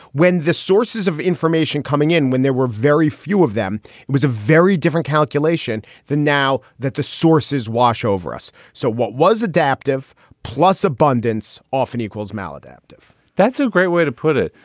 when the sources of information coming in, when there were very few of them, it was a very different calculation than now that the sources wash over us. so what was adaptive plus abundance often equals maladaptive that's a great way to put it.